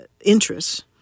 interests